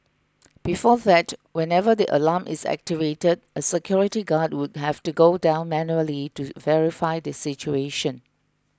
before that whenever the alarm is activated a security guard would have to go down manually to verify the situation